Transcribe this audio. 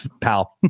pal